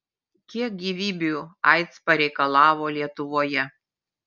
kiek gyvybių aids pareikalavo lietuvoje